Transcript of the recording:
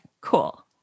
Cool